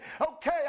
Okay